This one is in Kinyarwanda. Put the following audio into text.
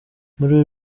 muri